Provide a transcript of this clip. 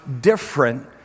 different